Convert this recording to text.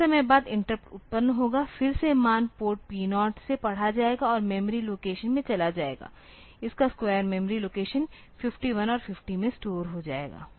कुछ समय बाद इंटरप्ट उत्पन्न होगा फिर से मान पोर्ट P0 से पढ़ा जाएगा और मेमोरी लोकेशन में चला जाएगा इसका स्क्वायर मेमोरी लोकेशन 51 और 50 में स्टोर हो जाएगा